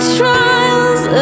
trials